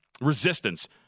resistance